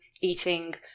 eating